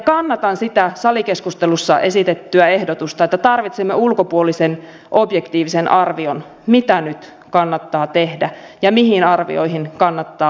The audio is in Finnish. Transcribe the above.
kannatan sitä salikeskustelussa esitettyä ehdotusta että tarvitsemme ulkopuolisen objektiivisen arvion mitä nyt kannattaa tehdä ja mihin arvioihin kannattaa uskoa